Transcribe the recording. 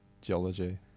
geology